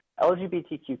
LGBTQ